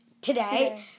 today